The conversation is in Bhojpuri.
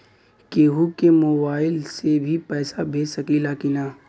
केहू के मोवाईल से भी पैसा भेज सकीला की ना?